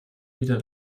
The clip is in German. wieder